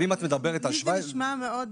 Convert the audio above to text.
לי זה נשמע מאוד